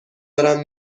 دارم